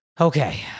okay